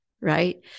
right